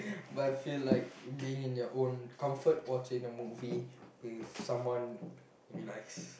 but I feel like being your own comfort watching the movie with someone we like